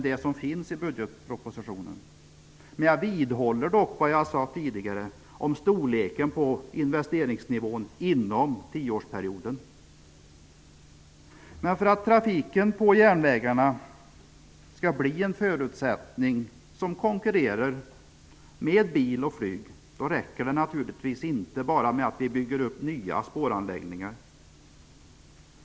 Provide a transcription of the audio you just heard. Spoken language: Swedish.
Men jag vidhåller dock vad jag sade tidigare om storleken på investeringarna inom tioårsperioden. För att trafiken på järnvägarna skall kunna konkurrera med bil och flyg räcker det naturligtvis inte med att bara bygga upp nya spåranläggningar.